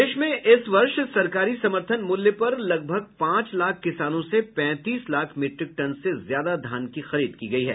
प्रदेश में इस वर्ष सरकारी समर्थन मूल्य पर लगभग पांच लाख किसानों से पैंतीस लाख मीट्रिक टन से ज्यादा धान खरीद की गयी है